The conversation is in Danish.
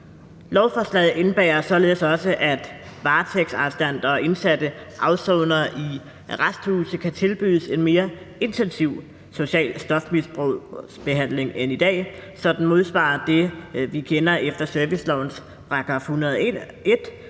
Lovforslaget indebærer således også, at varetægtsarrestanter og indsatte afsonere i arresthuse kan tilbydes en mere intensiv social stofmisbrugsbehandling end i dag, så den modsvarer det, vi kender efter servicelovens § 101,